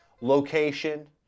location